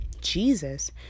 Jesus